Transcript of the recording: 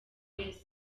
grace